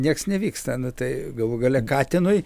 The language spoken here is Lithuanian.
nieks nevyksta nu tai galų gale katinui